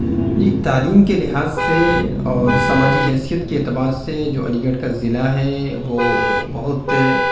جی تعلیم کے لحاظ سے اور سماجی حیثیت کے اعتبار سے جو علی گڑھ کا ضلع ہے وہ بہت